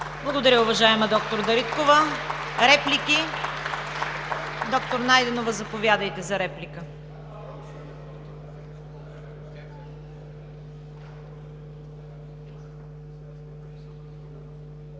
Благодаря, уважаема доктор Дариткова. Реплики? Доктор Найденова, заповядайте за реплика.